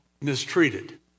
mistreated